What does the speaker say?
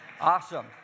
Awesome